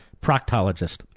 proctologist